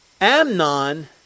Amnon